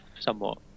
somewhat